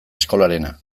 eskolarena